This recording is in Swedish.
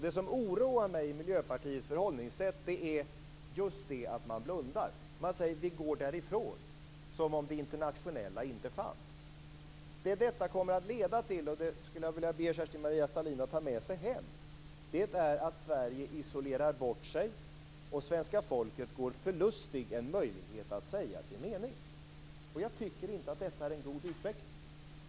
Det som oroar mig i Miljöpartiets förhållningssätt är att man blundar och säger: "Vi går därifrån" - som om det internationella inte fanns. Detta kommer att leda till - och det vill jag att Kerstin-Maria Stalin tar med sig - att Sverige isolerar sig och att svenska folket går förlustigt en möjlighet att säga sin mening. Jag tycker inte att detta är en god utveckling.